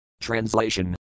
Translation